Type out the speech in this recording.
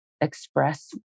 express